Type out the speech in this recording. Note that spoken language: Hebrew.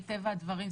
מטבע הדברים,